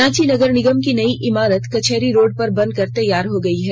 रांची नगर निगम की नई इमारत कचहरी रोड पर बन कर तैयार हो गई है